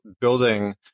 building